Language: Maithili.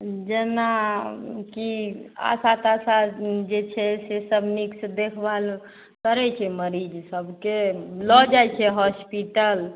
जेनाकि आशा ताशा जे छै से सभ नीकसे देखभाल करै छै मरीज सभके लऽ जाए छै हॉसपिटल